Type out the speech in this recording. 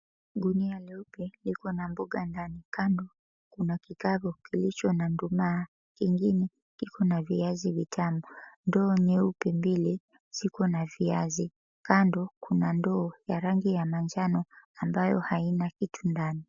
Gunia nyeupe ikona mboga ndani. Kando kuna kikapu kilicho na nduma, kingine kiko na viazi vitamu. Ndoo nyeupe mbili zikona viazi. Kando kuna ndoo ya rangi ya manjano ambayo haina kitu ndani.